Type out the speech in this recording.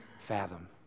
fathom